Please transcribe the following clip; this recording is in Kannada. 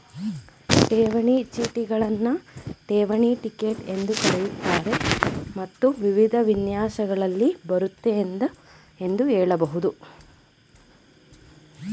ಠೇವಣಿ ಚೀಟಿಗಳನ್ನ ಠೇವಣಿ ಟಿಕೆಟ್ ಎಂದೂ ಕರೆಯುತ್ತಾರೆ ಮತ್ತು ವಿವಿಧ ವಿನ್ಯಾಸಗಳಲ್ಲಿ ಬರುತ್ತೆ ಎಂದು ಹೇಳಬಹುದು